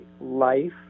life